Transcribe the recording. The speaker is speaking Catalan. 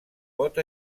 pot